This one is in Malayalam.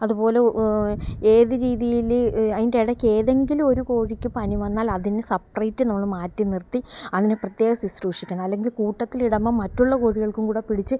അതു പോലെ ഏതു രീതിയിൽ അതിൻ്റെയിടയ്ക്ക് ഏതെങ്കിലുമൊരു കോഴിയ്ക്ക് പനി വന്നാൽ അതിന് സപ്രേറ്റ് നമ്മൾ മാറ്റി നിർത്തി അതിന് പ്രത്യേകം ശുശ്രൂഷിക്കണം അല്ലെങ്കിൽ കൂട്ടത്തിലിടുമ്പം മറ്റുള്ള കോഴികൾക്കും കൂടെ പിടിച്ച്